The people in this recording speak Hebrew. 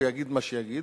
ויגיד מה שיגיד,